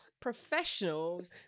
Professionals